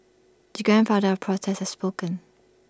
the grandfather protests has spoken